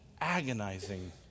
agonizing